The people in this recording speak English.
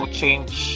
change